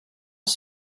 els